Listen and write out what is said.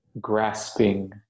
grasping